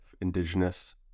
indigenous